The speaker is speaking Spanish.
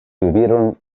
tuvieron